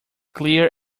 clear